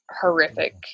horrific